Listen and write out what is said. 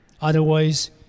Otherwise